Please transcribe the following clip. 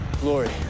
glory